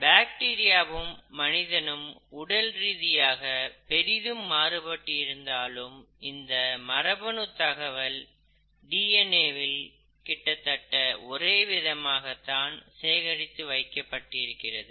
bacteria வும் மனிதனும் உடல்ரீதியாக பெரிதும் மாறுபட்டு இருந்தாலும் இந்த மரபணு தகவல் டிஎன்ஏ வில் கிட்டத்தட்ட ஒரே விதமாகத் தான் சேகரித்து வைக்கப்பட்டு இருக்கிறது